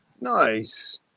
Nice